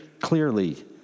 clearly